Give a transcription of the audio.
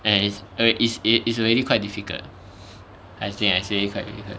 and is alr~ is it is already quite difficult I think lah is already quite difficult